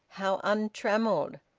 how untrammelled,